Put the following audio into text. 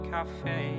Cafe